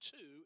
two